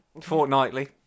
Fortnightly